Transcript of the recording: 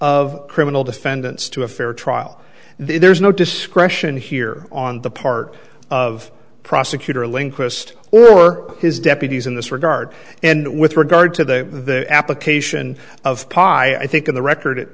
of criminal defendants to a fair trial there is no discretion here on the part of prosecutor linguist or his deputies in this regard and with regard to the application of pi i think on the record